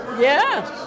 yes